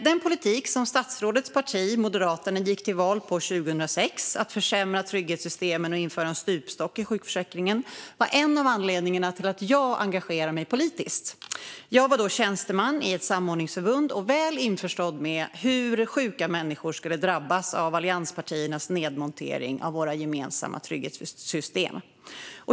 Den politik som statsrådets parti Moderaterna gick till val på 2006, att försämra trygghetssystemen och införa en stupstock i sjukförsäkringen, var en av anledningarna till att jag engagerade mig politiskt. Jag var då tjänsteman i ett samordningsförbund och väl införstådd med hur sjuka människor skulle drabbas av allianspartiernas nedmontering av våra gemensamma trygghetssystem.